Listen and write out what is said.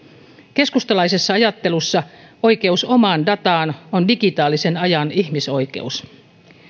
keskustalaisessa ajattelussa oikeus omaan dataan on digitaalisen ajan ihmisoikeus